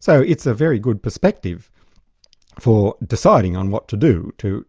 so, it's a very good perspective for deciding on what to do, to